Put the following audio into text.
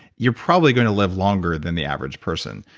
you're probably going to live longer then the average person.